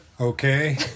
Okay